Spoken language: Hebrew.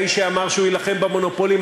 האיש שאמר שהוא יילחם במונופולים,